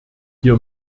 hier